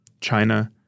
China